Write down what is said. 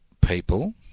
people